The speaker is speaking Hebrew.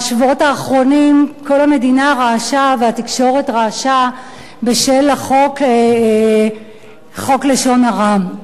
בשבועות האחרונים כל המדינה רעשה והתקשורת רעשה בשל חוק לשון הרע.